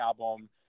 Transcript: album